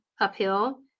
uphill